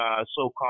so-called